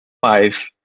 five